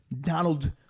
Donald